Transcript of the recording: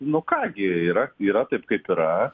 nu ką gi yra yra taip kaip yra